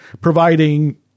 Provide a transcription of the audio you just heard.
providing